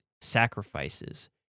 sacrifices